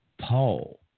Paul